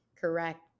Correct